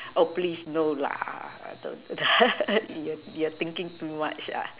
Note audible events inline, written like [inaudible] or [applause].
oh please no lah don't [laughs] you're you're thinking too much ah